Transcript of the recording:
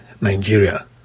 Nigeria